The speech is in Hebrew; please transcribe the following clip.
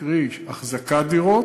קרי, החזקת דירות